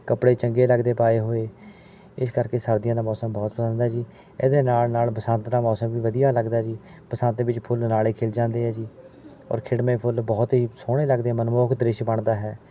ਕੱਪੜੇ ਚੰਗੇ ਲੱਗਦੇ ਪਾਏ ਹੋਏ ਇਸ ਕਰਕੇ ਸਰਦੀਆਂ ਦਾ ਮੌਸਮ ਬਹੁਤ ਪਸੰਦ ਹੈ ਜੀ ਇਹਦੇ ਨਾਲ ਨਾਲ ਬਸੰਤ ਦਾ ਮੌਸਮ ਵੀ ਵਧੀਆ ਲੱਗਦਾ ਜੀ ਬਸੰਤ ਵਿੱਚ ਫੁੱਲ ਨਾਲੇ ਖਿਲ ਜਾਂਦੇ ਹੈ ਜੀ ਔਰ ਖਿੜਵੇਂ ਫੁੱਲ ਬਹੁਤ ਹੀ ਸੋਹਣੇ ਲੱਗਦੇ ਮਨਮੋਹਕ ਦ੍ਰਿਸ਼ ਬਣਦਾ ਹੈ